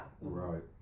Right